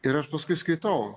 ir aš paskui skaitau